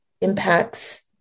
impacts